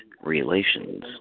relations